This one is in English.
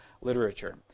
literature